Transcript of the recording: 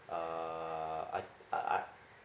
uh I I I